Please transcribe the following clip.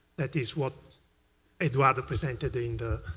that is what eduardo presented in the